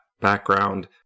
Background